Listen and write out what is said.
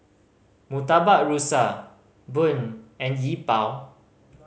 Murtabak Rusa bun and Yi Bua